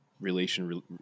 relation